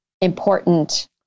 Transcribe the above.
important